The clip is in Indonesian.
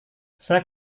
saya